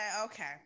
okay